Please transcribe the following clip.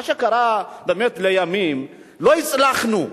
מה שקרה, באמת, לימים, לא הצלחנו,